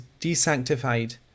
desanctified